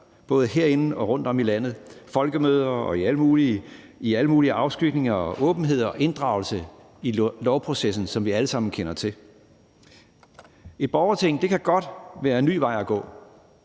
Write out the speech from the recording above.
både herinde og rundtom i landet – ved folkemøder og møder i alle mulige afskygninger – og at der er åbenhed og inddragelse i lovprocessen, som vi alle sammen kender til. Et borgerting kan godt være en ny vej at gå,